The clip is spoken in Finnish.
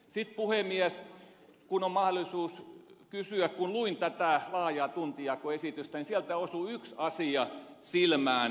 kun luin tätä laajaa tuntijakoesitystä niin sieltä osui yksi asia silmään